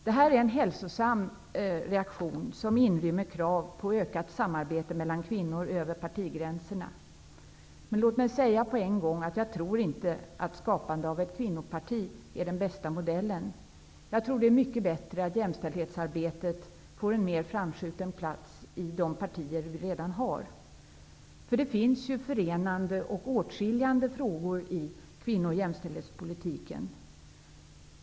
Det är en hälsosam reaktion, som inrymmer krav på ökat samarbete mellan kvinnor över partigränserna. Låt mig säga att jag inte tror att skapande av ett kvinnoparti är den bästa modellen. Jag tror att det är mycket bättre att jämställdhetsarbetet får en mer framskjuten plats i de partier vi har. Det finns ju förenande och åtskiljande frågor i kvinno och jämställdhetspolitiken.